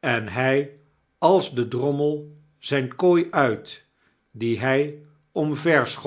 en hy als de drommel zyne kooi uit die hi omver